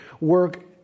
work